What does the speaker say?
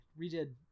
Redid